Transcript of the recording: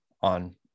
on